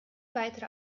weitere